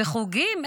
חוגים,